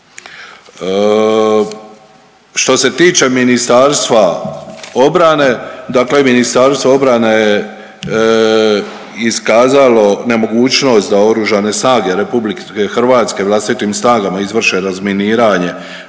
Što se tiče Ministarstva obrane, dakle Ministarstvo obrane je iskazalo nemogućnost da Oružane snage RH vlastitim snagama izvrše razminiranje